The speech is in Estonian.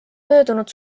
möödunud